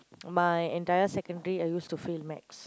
my entire secondary I used to fail Math